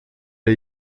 der